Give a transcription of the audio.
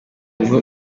niho